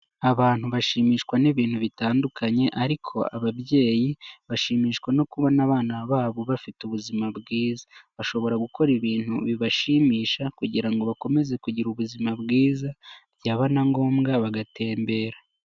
Abantu bashimishwa n'ibintu bitandukanye, ariko ababyeyi, bashimishwa no kubona abana babo, bafite ubuzima bwiza, bashobora gukora ibintu bibashimisha, kugira ngo bakomeze kugira ubuzima bwiza, byaba na ngombwa bagatembera.